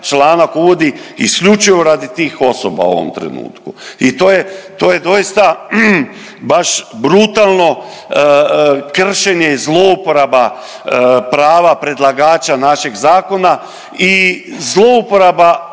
članak uvodi isključivo radi tih osoba u ovom trenutku. I to je to je doista, baš brutalno kršenje i zlouporaba prava predlagača našeg zakona i zlouporaba